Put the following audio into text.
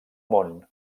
món